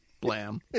Blam